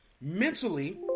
mentally